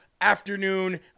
afternoon